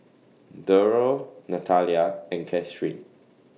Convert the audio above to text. Durrell Natalia and Katheryn